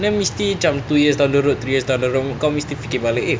ni mesti macam two years down the road two years the road kau mesti fikir balik eh